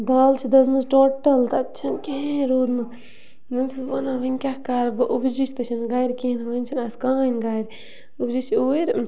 دال چھِ دٔزمٕژ ٹوٹَل تَتہِ چھَنہٕ کِہیٖنۍ روٗدمُت وۄنۍ چھَس بہٕ وَنان وۄنۍ کیٛاہ کَرٕ بہٕ اوٚبو جی تہِ چھَنہٕ گَرِ کِہیٖنۍ وٕنۍ چھَنہٕ اَسہِ کٕہۭنۍ گَرِ اوٚبجی چھِ اوٗرۍ